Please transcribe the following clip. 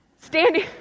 Standing